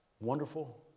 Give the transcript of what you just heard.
wonderful